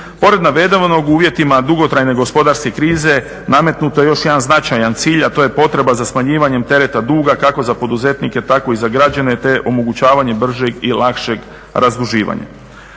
Pored navedenog u uvjetima dugotrajne gospodarske krize nametnut je još jedan značajan cilj, a to je potreba za smanjivanjem tereta duga kako za poduzetnike, tako i za građane, te omogućavanje bržeg i lakšeg razduživanja.